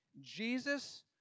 Jesus